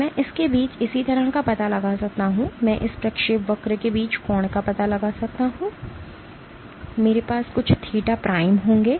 मैं इसके बीच इसी तरह का पता लगा सकता हूं मैं इस प्रक्षेपवक्र के बीच के कोण का पता लगा सकता हूं मेरे पास कुछ थीटा प्राइम होंगे